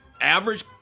Average